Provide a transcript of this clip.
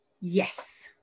yes